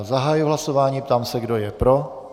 Zahajuji hlasování a ptám se, kdo je pro.